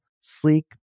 sleek